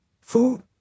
food